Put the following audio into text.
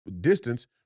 distance